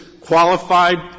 qualified